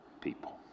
people